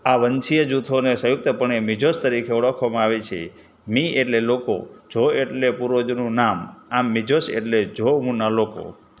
આ વંશીય જૂથોને સંયુક્તપણે મિઝોસ તરીકે ઓળખવામાં આવે છે મી એટલે લોકો ઝો એટલે પૂર્વજોનું નામ આમ મિઝોસ એટલે ઝો મૂળના લોકો